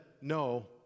no